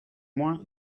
moins